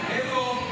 איפה?